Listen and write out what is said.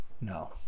No